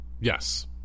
Yes